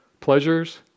pleasures